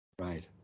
right